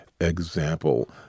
Example